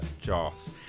Joss